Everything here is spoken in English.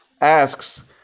asks